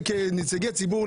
כנציגי ציבור,